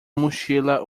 mochila